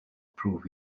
prove